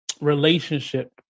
relationship